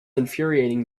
infuriating